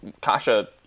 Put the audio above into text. Kasha